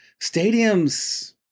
Stadiums